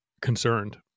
concerned